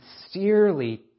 sincerely